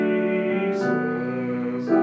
Jesus